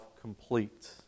complete